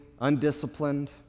undisciplined